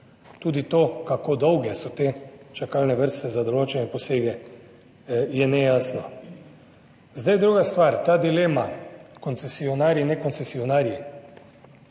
tudi to, kako dolge so te čakalne vrste za določene posege, je nejasno. Zdaj, druga stvar, ta dilema, koncesionarji, ne koncesionarji.